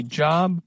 job